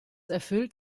erfüllt